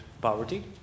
poverty